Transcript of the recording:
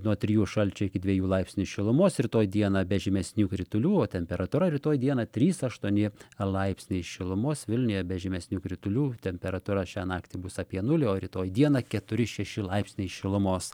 nuo trijų šalčio iki dviejų laipsnių šilumos rytoj dieną be žymesnių kritulių o temperatūra rytoj dieną trys aštuoni laipsniai šilumos vilniuje be žymesnių kritulių temperatūra šią naktį bus apie nulį o rytoj dieną keturi šeši laipsniai šilumos